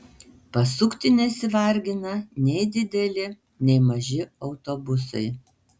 pasukti nesivargina nei dideli nei maži autobusai